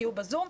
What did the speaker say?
תהיו ב-זום,